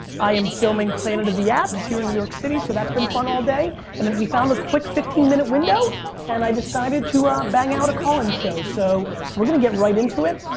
i am filming planet of the apps here in new york city so that's been fun all day and and we found found a quick fifteen minute window and i decided to bang out a call-in show. so we're gonna get right into it.